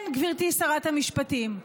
כן, גברתי שרת המשפטים,